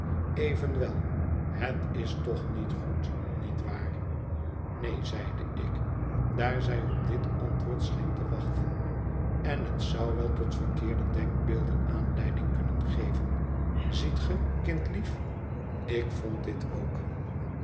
evenwel liet is toch niet goed niet waar neen zeide ik daar zij op dit antwoord scheen te wachten en het zou wel tot verkeerde denkbeelden aanleiding kunnen geven ziet ge kindlief ik vond dit ook